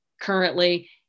currently